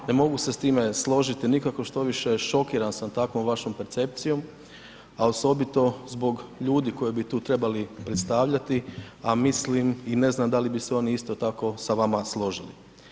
Ne mogu se sa time složiti nikako, štoviše šokiran sam takvom vašom percepcijom a osobito zbog ljudi koje bi tu trebali predstavljati a mislim i ne znam da li bi se oni isto tako sa vama složili.